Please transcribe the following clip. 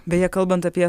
beje kalbant apie